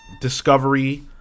Discovery